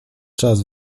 czas